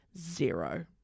zero